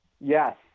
Yes